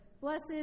Blessed